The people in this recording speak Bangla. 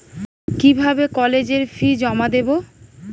কিভাবে কলেজের ফি জমা দেবো?